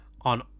on